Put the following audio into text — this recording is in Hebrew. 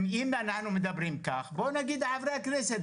אם אנחנו מדברים כך נגיד לחברי הכנסת,